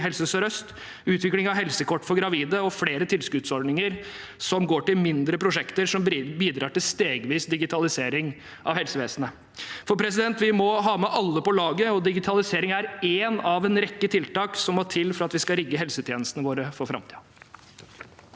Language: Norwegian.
Helse sør-øst, utviklingen av helsekort for gravide og flere tilskuddsordninger som går til mindre prosjekter som bidrar til stegvis digitalisering av helsevesenet. Vi må ha med alle på laget, og digitalisering er ett av en rekke tiltak som må til for at vi skal rigge helsetjenestene våre for framtiden.